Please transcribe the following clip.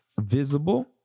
visible